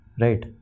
right